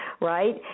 right